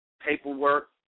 paperwork